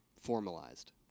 formalized